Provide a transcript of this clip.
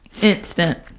Instant